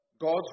God's